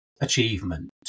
achievement